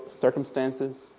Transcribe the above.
circumstances